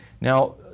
Now